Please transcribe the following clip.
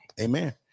Amen